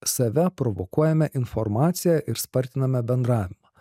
save provokuojame informaciją ir spartiname bendravimą